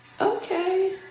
Okay